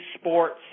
sports